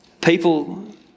people